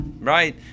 right